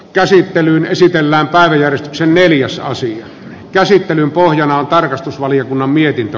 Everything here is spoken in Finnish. käsittelyyn esitellään paljon sen neljässä asian käsittelyn pohjana on tarkastusvaliokunnan mietintö